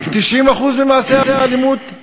90% ממעשי האלימות,